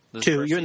Two